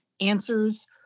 answers